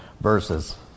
verses